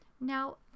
Now